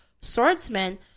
swordsman